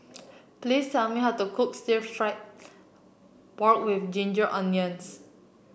please tell me how to cook Stir Fried Pork with Ginger Onions